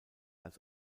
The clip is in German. als